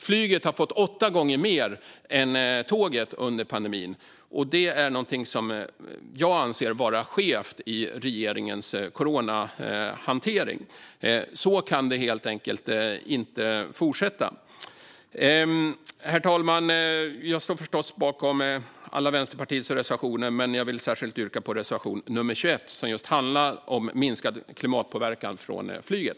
Flyget har alltså fått åtta gånger mer än tåget under pandemin, och det är något som jag anser vara skevt i regeringens coronahantering. Så kan det helt enkelt inte fortsätta. Herr talman! Jag står förstås bakom alla Vänsterpartiets reservationer, men jag vill särskilt yrka bifall till reservation nummer 21, som handlar om minskad klimatpåverkan från flyget.